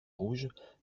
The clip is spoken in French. rouges